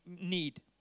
need